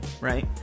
right